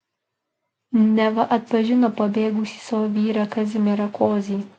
neva atpažino pabėgusį savo vyrą kazimierą kozį